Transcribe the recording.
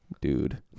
Dude